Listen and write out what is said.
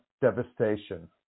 devastation